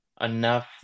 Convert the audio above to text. enough